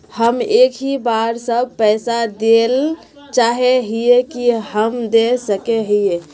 हम एक ही बार सब पैसा देल चाहे हिये की हम दे सके हीये?